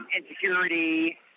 insecurity